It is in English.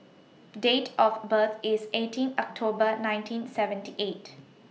Date of birth IS eighteen October nineteen seventy eight